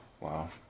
Wow